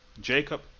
Jacob